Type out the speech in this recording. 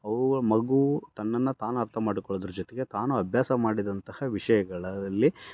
ಅವು ಮಗು ತನ್ನನ್ನ ತಾನು ಅರ್ಥ ಮಾಡಿಕೊಳ್ಳೋದರ ಜೊತೆಗೆ ತಾನು ಅಭ್ಯಾಸ ಮಾಡಿದಂತಹ ವಿಷಯಗಳಲ್ಲಿ